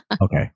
Okay